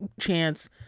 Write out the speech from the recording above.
chance